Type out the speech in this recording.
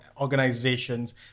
organizations